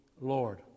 Lord